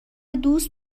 دوست